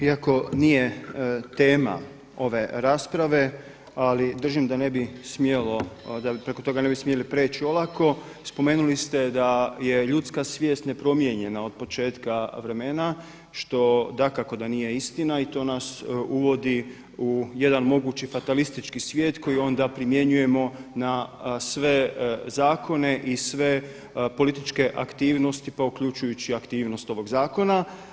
Iako nije tema ove rasprave, ali držim da ne bi smjelo, da preko toga ne bi smjeli prijeći olako spomenuli ste da je ljudska svijest nepromijenjena od početka vremena što dakako da nije istina i to nas uvodi u jedan mogući fatalistički svijet koji onda primjenjujemo na sve zakone i sve političke aktivnosti pa uključujući i aktivnost ovog zakona.